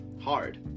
hard